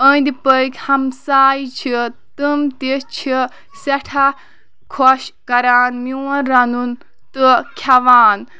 أنٛدۍ پٔکۍ ہمساے چھ تِم تہِ چھ سٮ۪ٹھاہ خۄش کَران میون رَنُن تہٕ کھٮ۪وان